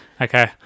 okay